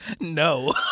No